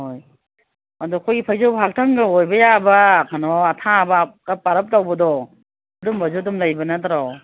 ꯍꯣꯏ ꯑꯗꯣ ꯑꯩꯈꯣꯏꯒꯤ ꯐꯩꯖꯨꯞ ꯍꯥꯛꯊꯪꯒ ꯑꯣꯏꯕ ꯌꯥꯕ ꯀꯩꯅꯣ ꯑꯊꯥꯕ ꯈꯔ ꯄꯥꯔꯞ ꯇꯧꯕꯗꯣ ꯑꯗꯨꯝꯕꯁꯨ ꯑꯗꯨꯝ ꯂꯩꯕ ꯅꯠꯇ꯭ꯔꯣ